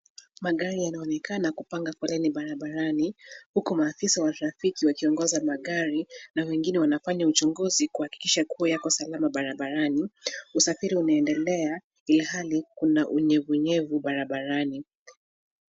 Magari yanaonekana kupanga foleni barabarani huku maafisa wa trafiki wakiongoza magari na wengine wanafanya uchunguzi kuhakikisha kuwa yako salama barabarani. Usafiri unaendelea na ilhali kuna unyevunyevu barabarani.